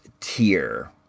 tier